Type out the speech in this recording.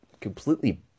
completely